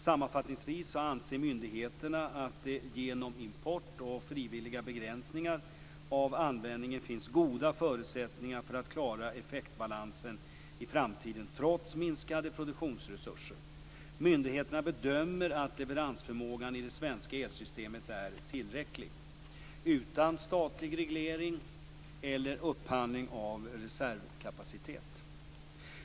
Sammanfattningsvis anser myndigheterna att det genom import och frivilliga begränsningar av användningen finns goda förutsättningar för att klara effektbalansen i framtiden trots minskande produktionsresurser. Myndigheterna bedömer att leveransförmågan i det svenska elsystemet är tillräcklig utan statlig reglering eller upphandling av reservkapacitet.